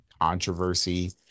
controversy